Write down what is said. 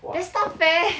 !wah!